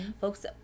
folks